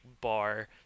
bar